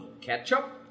Ketchup